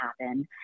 happen